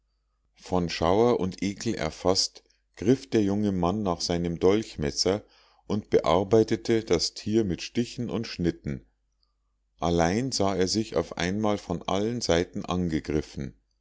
von schauer und ekel erfaßt griff der junge mann nach seinem dolchmesser und bearbeitete das tier mit stichen und schnitten allein er sah sich auf einmal von allen seiten angegriffen